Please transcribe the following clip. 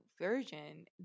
version